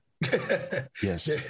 Yes